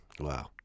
Wow